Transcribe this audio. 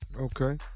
Okay